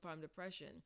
depression